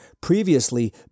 previously